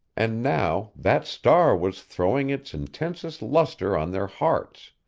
and now that star was throwing its intensest lustre on their hearts.